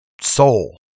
soul